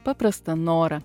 paprastą norą